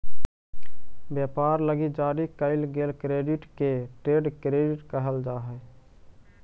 व्यापार लगी जारी कईल गेल क्रेडिट के ट्रेड क्रेडिट कहल जा हई